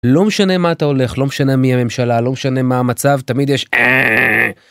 לא משנה מה אתה הולך לא משנה מי הממשלה לא משנה מה המצב תמיד יש הא..